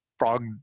Frog